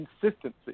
consistency